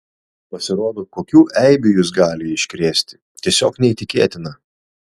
pasirodo kokių eibių jis gali iškrėsti tiesiog neįtikėtina